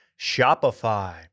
Shopify